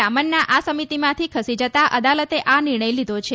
રામન્ના આ સમિતિમાંથી ખસી જતાં અદાલતે આ નિર્ણય લીધો છે